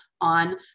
on